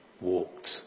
walked